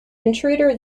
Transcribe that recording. intruder